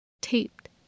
taped